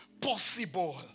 possible